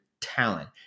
talent